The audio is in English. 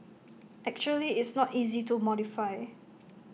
actually it's not easy to modify